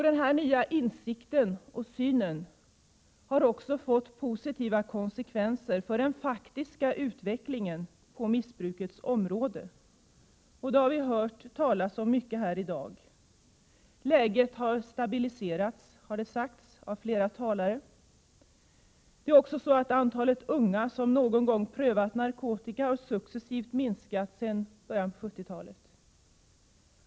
Den nya insikten och synen har också fått positiva konsekvenser för den faktiska utvecklingen på missbrukets område. Det har vi hört talas om mycket här i dag. Läget har stabiliserats, har det sagts av flera talare. Antalet unga som någon gång prövat narkotika har också successivt minskat sedan början på 70-talet.